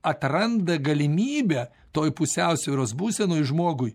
atranda galimybę toj pusiausvyros būsenoj žmogui